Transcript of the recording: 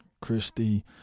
christy